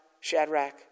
Shadrach